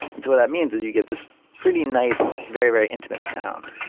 and so what that means is you get this pretty nice, very, very intimate sound.